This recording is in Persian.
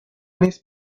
نیست